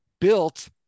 built